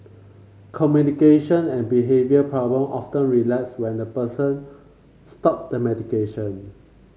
communication and behavioural problem often relapse when the person stop the medication